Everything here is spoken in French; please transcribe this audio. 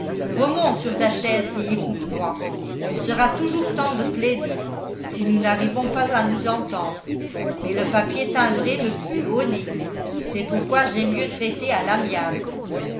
remonte sur ta chaise et écoute-moi il sera toujours temps de plaider si nous n'arrivons pas à nous entendre mais le papier timbré me pue au nez c'est pourquoi j'aime mieux traiter à l'amiable